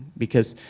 because